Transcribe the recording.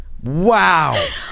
Wow